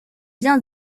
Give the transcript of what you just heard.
bien